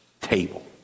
table